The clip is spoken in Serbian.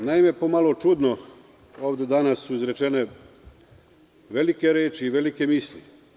Meni je pomalo čudno ovde su danas izrečene velike reči i velike misli.